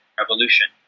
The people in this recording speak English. revolution